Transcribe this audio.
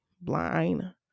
blind